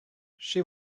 she